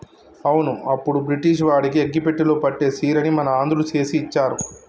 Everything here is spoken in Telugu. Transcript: అవును అప్పుడు బ్రిటిష్ వాడికి అగ్గిపెట్టెలో పట్టే సీరని మన ఆంధ్రుడు చేసి ఇచ్చారు